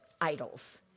idols